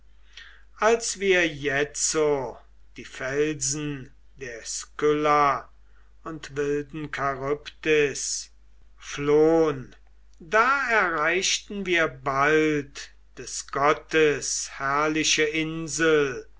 als wir jetzo die felsen der skylla und wilden charybdis flohn da erreichten wir bald des gottes herrliche insel